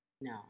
No